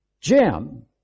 Jim